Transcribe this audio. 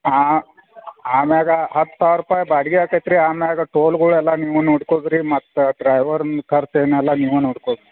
ಹಾಂ ಹಾಂ ಆಮ್ಯಾಗ ಹತ್ತು ಸಾವಿರ ರೂಪಾಯಿ ಬಾಡ್ಗೆ ಆಕೈತಿ ರೀ ಆಮ್ಯಾಗ ಟೋಲ್ಗಳೆಲ್ಲ ನೀವು ನೋಡ್ಕೊದ್ರಿ ಮತ್ತು ಡ್ರೈವರ್ನ್ ಖರ್ಚ್ ಏನೆಲ್ಲ ನೀವು ನೋಡ್ಕೊದ್